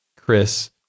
Chris